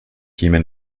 human